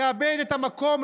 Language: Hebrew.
תאבד את המקום,